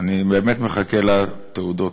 אני באמת מחכה לתעודות.